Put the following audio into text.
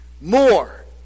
more